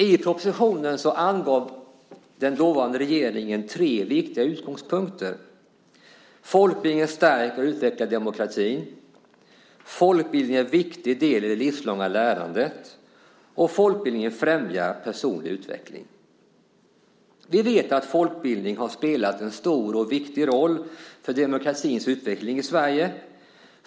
I propositionen angav den dåvarande regeringen tre viktiga utgångspunkter: Folkbildningen stärker och utvecklar demokratin, folkbildningen är en viktig del i det livslånga lärandet och folkbildningen främjar personlig utveckling. Vi vet att folkbildningen spelat en stor och viktig roll för demokratins utveckling i Sverige.